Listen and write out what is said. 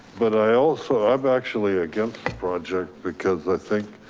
but i also i've actually against the project because i think,